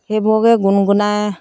সেইবোৰকে গুণগুণাই